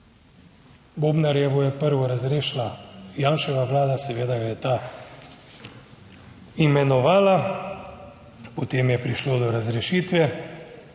Bobnarjevo je prvo razrešila Janševa vlada, seveda jo je ta imenovala. Potem je prišlo do razrešitve.